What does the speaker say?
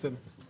בסדר.